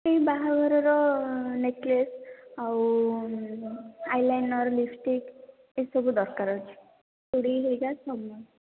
ଏଇ ବାହାଘରର ନେକ୍ଲେଶ ଆଉ ଆଇଲାଇନର ଲିପିଷ୍ଟିକ ଏସବୁ ଦରକାର ଅଛି ଚୁଡ଼ି ଧରିକା ସବୁ